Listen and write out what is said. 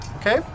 Okay